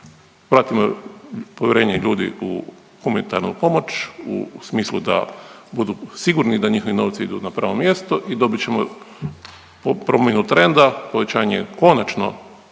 vratimo povjerenje ljudi u humanitarnu pomoć u smislu da budu sigurni da njihovi novci idu na pravo mjesto i dobit ćemo promjenu trenda. Povećanje konačno,